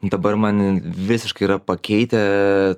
dabar man visiškai yra pakeitę